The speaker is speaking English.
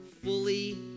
fully